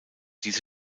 diese